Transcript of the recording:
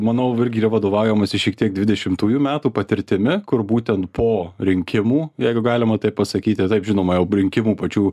manau irgi yra vadovaujamasi šiek tiek dvidešimtųjų metų patirtimi kur būtent po rinkimų jeigu galima taip pasakyti taip žinoma jau rinkimų pačių